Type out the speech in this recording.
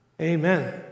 Amen